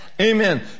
Amen